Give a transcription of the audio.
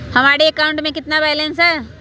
हमारे अकाउंट में कितना बैलेंस है?